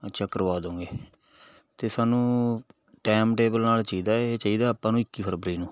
ਅੱਛਾ ਕਰਵਾ ਦੋਂਗੇ ਅਤੇ ਸਾਨੂੰ ਟਾਈਮ ਟੇਬਲ ਨਾਲ ਚਾਹੀਦਾ ਇਹ ਚਾਹੀਦਾ ਆਪਾਂ ਨੂੰ ਇੱਕੀ ਫਰਵਰੀ ਨੂੰ